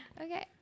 Okay